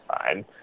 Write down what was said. fine